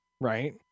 right